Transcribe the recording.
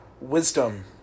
wisdom